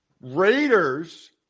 Raiders